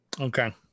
Okay